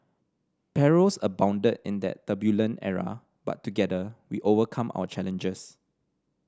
perils abounded in that turbulent era but together we overcame our challenges